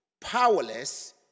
powerless